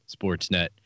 Sportsnet